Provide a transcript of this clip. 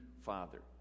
Father